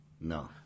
No